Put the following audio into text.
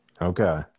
Okay